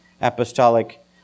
Apostolic